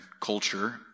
culture